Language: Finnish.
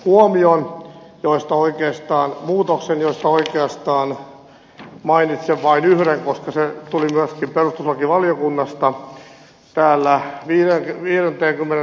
ja on tehnyt tänne muutaman teknisluontoisen muutoksen joista oikeastaan mainitsen vain yhden koska se tuli myöskin perustuslakivaliokunnasta